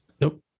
nope